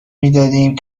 میدادیم